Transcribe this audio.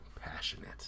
passionate